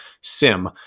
sim